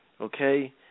Okay